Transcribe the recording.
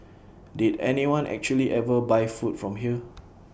did anyone actually ever buy food from here